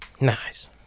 Nice